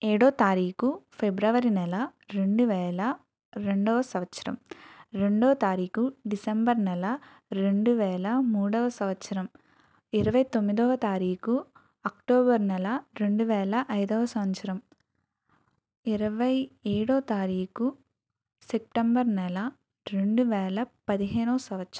ఏడో తారీకు ఫెబ్రవరీ నెల రెండువేల రెండో సంవత్సరం రెండో తారీకు డిసెంబర్ నెల రెండువేల మూడవ సంవత్సరం ఇరవైతొమ్మిదవ తారీకు అక్టోబర్ నెల రెండువేల ఐదో సంవత్సరం ఇరవైఏడో తారీకు సెప్టెంబర్ నెల రెండువేల పదిహేనో సంవత్సరం